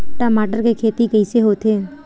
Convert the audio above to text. टमाटर के खेती कइसे होथे?